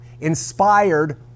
inspired